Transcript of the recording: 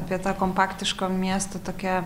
apie tą kompaktiško miesto tokia